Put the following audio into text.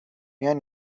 میان